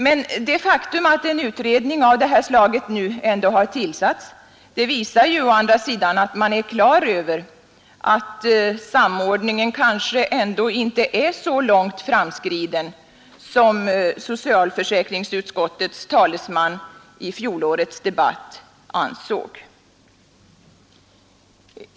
Men det faktum att en utredning av detta slag nu ändå har tillsatts visar ju å andra sidan, att man är på det klara med att samordningen ngt framskriden som socialförsäkringsutskottets talesman i fjolårets debatt ansåg.